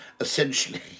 essentially